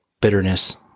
bitterness